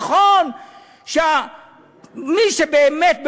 נכון שמי שבאמת,